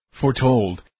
foretold